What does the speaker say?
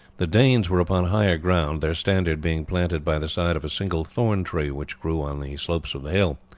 the danes were upon higher ground, their standard being planted by the side of a single thorn-tree which grew on the slopes of the hill.